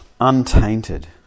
untainted